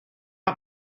not